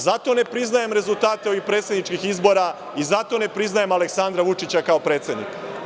Zato ne priznajem rezultate ovih predsedničkih izbora i zato ne priznajem Aleksandra Vučića kao predsednika.